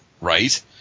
right